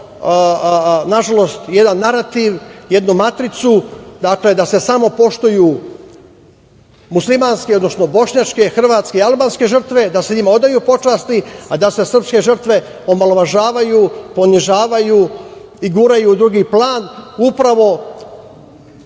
imamo nažalost jedan narativ, jednu matricu da se samo poštuju muslimanske, odnosno, bošnjačke, hrvatske i albanske žrtve, da se njima odaju počasti, a da se srpske žrtve omalovažavaju, ponižavaju i guraju u drugi plan. Upravo